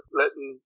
letting